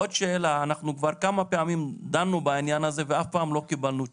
שאלה נוספת שדנו בה ולא קיבלנו תשובה: